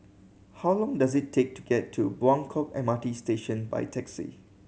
how long does it take to get to Buangkok M R T Station by taxi